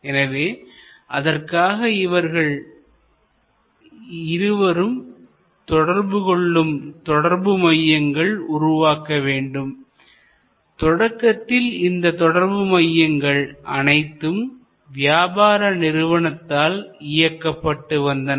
எனவே அதற்காக இவர்கள் இருவரும் தொடர்பு கொள்ளும் தொடர்பு மையங்கள் உருவாக்க வேண்டும் தொடக்கத்தில் இந்த தொடர்பு மையங்கள் அனைத்தும் வியாபார நிறுவனத்தினால் இயக்கப்பட்டு வந்தன